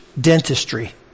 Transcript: Dentistry